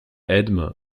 edme